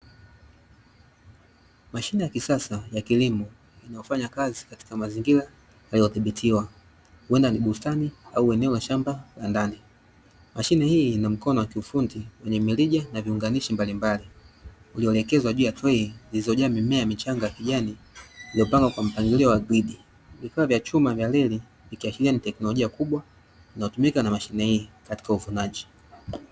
Mashine ya kisasa ya kilimo inayofanya kazi katika mazingira yaliyodhibitiwa, huenda ni bustani au ni eneo la shamba la ndani, mashine hii ina mkono wa kiufundi wenye mirija na viunganishi mbalimbali, ulioelekezwa juu ya trei zilizojaa mimea michanga ya kijani iliyopangwa kwa mpangilio wa gridi, vifaa vya chuma vya reli ikiashiria ni teknolojia kubwa inaotumika na mashine hii katika uvunaji.